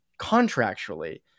contractually